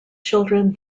children